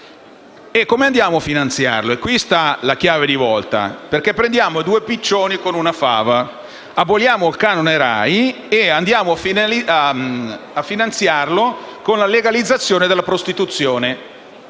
E come andiamo a finanziarlo? Qui sta la chiave di volta, perché prendiamo due piccioni con una fava: aboliamo il canone RAI e andiamo a finanziarlo con la legalizzazione della prostituzione.